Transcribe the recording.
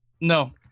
No